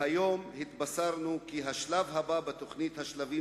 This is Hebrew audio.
והיום התבשרנו כי השלב הבא בתוכנית השלבים